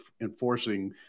enforcing